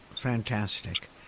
Fantastic